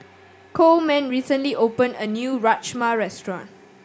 Coleman recently opened a new Rajma Restaurant